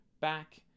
back